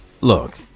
look